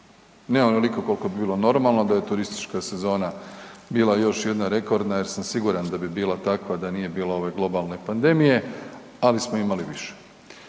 ne onoliko koliko bi bilo normalno da je turistička sezona bila još jedna rekordna jer sam siguran da bi bila takva da nije bilo ove globalne pandemije, ali smo imali više.